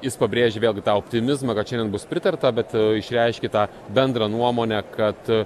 jis pabrėžė vėlgi tą optimizmą kad šiandien bus pritarta bet išreiškė tą bendrą nuomonę kad